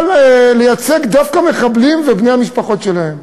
לייצג דווקא מחבלים ובני המשפחות שלהם?